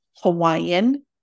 hawaiian